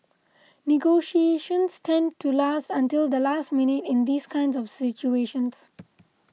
negotiations tend to last until the last minute in these kinds of situations